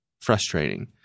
frustrating